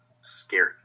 scary